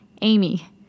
Amy